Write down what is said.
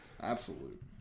Absolute